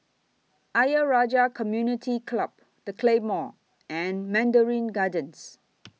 Ayer Rajah Community Club The Claymore and Mandarin Gardens